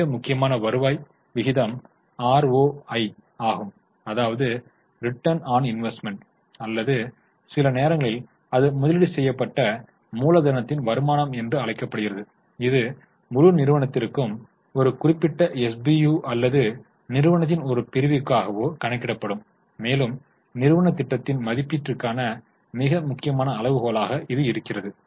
மிக முக்கியமான வருவாய் விகிதம் ROI ஆகும் அதாவது ரிட்டர்ன் ஒன் இன்வெஸ்ட்மென்ட் அல்லது சில நேரங்களில் அது முதலீடு செய்யப்பட்ட மூலதனத்தின் வருமானம் என்று அழைக்கப்படுகிறது இது முழு நிறுவனத்திற்கும் கணக்கிடப்படும் அல்லது ஒரு குறிப்பிட்ட திட்டத்திற்காகவோ அல்லது ஒரு குறிப்பிட்ட SBU அல்லது நிறுவனத்தின் ஒரு பிரிவிற்காகவோ கணக்கிடப்படும் மேலும் நிறுவன திட்டத்தின் மதிப்பீட்டிற்கான மிக முக்கியமான அளவுகோலாக இது இருக்கிறது